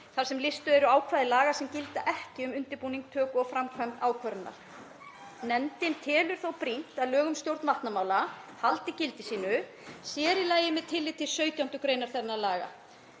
þar sem listuð eru ákvæði laga sem gilda ekki um undirbúning, töku og framkvæmd ákvörðunar. Nefndin telur þó brýnt að lög um stjórn vatnamála haldi gildi sínu, sér í lagi með tilliti til 17. gr. þeirra laga